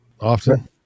often